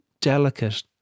delicate